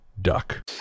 duck